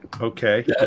Okay